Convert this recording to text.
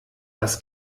das